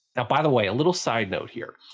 by the way, a little side note here.